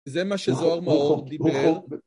וזה מה שזוהר מאור דיבר.